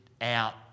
out